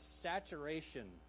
saturation